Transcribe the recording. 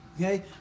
Okay